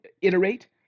iterate